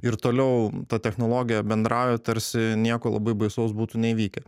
ir toliau ta technologija bendrauja tarsi nieko labai baisaus būtų neįvykę